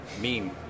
meme